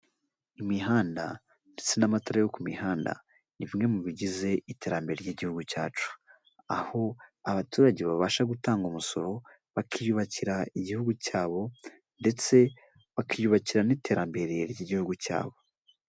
Imihanda ndetse n'amatara yo ku mihanda, ni bimwe mu bigize iterambere ry'igihugu cyacu aho abaturage babasha gutanga umusoro bakiyubakira igihugu cyabo ndetse bakiyubakira n'iterambere ry'igihugu cyabo.